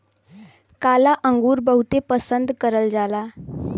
काला अंगुर बहुते पसन्द करल जाला